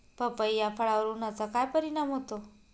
पपई या फळावर उन्हाचा काय परिणाम होतो?